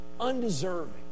undeserving